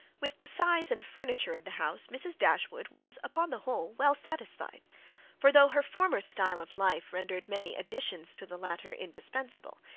with the size and furniture of the house mrs. dashwood was upon the whole well satisfied for though her former style of life rendered many additions to the latter indispensable,